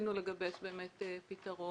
וניסינו לגבש פתרון